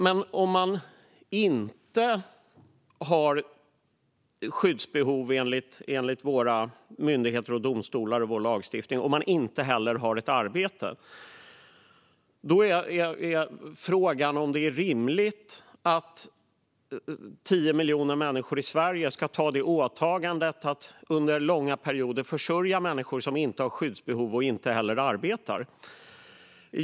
Men om man inte har skyddsbehov enligt våra myndigheter, våra domstolar och vår lagstiftning och man inte heller har ett arbete är frågan om det är rimligt att 10 miljoner människor i Sverige göra åtagandet att under långa perioder försörja människor som inte har skyddsbehov och inte heller arbetar.